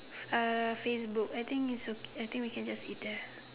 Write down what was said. uh Facebook I think it's okay I think we can just eat there